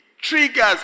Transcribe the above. triggers